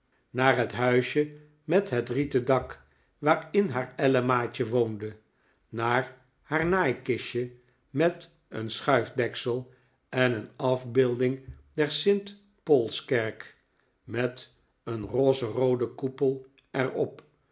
naar het huisje met een rieten dak waarin haar ellemaatje woonde naar haar naaikistje met een schuifdeksel en een afbeelding der st paulskerk met een rozerooden koepel er